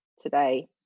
today